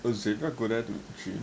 cause if you go there to